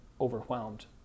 overwhelmed